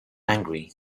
angry